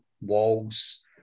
walls